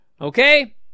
okay